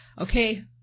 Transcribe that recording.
okay